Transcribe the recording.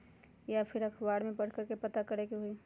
या फिर अखबार में पढ़कर के पता करे के होई?